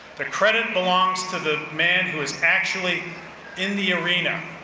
the credit belongs to the man who is actually in the arena.